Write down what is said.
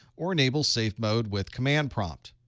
or enable safe mode with command prompt.